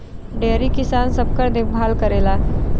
dairy किसान सबकर देखभाल करेला